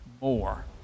more